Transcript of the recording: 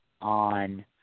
on